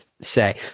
say